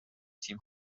تیم